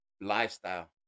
lifestyle